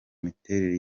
imiterere